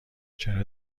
چرا